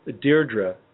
Deirdre